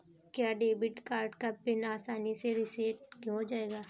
क्या debit card का pin आसानी से रीसेट हो जाएगा?